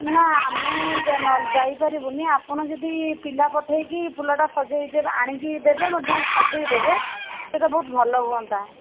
ନା ଆମେ ଯାଇପାରିବୁନି ଆପଣ ଯଦି ପିଲା ପଠେଇକି ଫୁଲଟା ସଜେଇ ଆଣିକି ଦେବେ ମଧ୍ୟ ସଜେଇ ଦେବେ ସେଇଟା ବହୁତ ଭଲ ହୁଅନ୍ତା